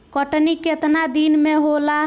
कटनी केतना दिन मे होला?